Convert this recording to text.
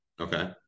Okay